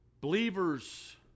Believers